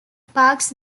parks